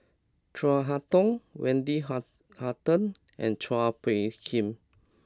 Chin Harn Tong Wendy ha Hutton and Chua Phung Kim